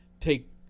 take